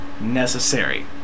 necessary